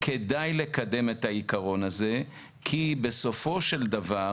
כדאי לקדם את העיקרון הזה כי בסופו של דבר